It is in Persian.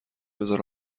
بذار